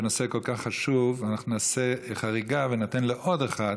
בנושא כל כך חשוב נעשה חריגה וניתן לעוד אחד,